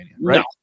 right